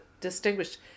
Distinguished